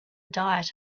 diet